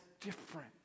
different